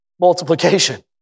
multiplication